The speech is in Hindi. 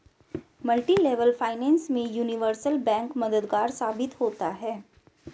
मल्टीलेवल फाइनेंस में यूनिवर्सल बैंक मददगार साबित होता है